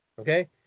Okay